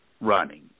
running